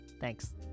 Thanks